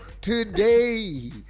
today